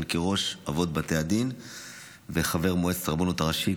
כראש אבות בתי הדין וחבר מועצת הרבנות הראשית,